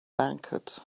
banquet